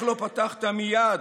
איך לא פתחת מייד